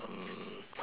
mm